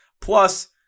Plus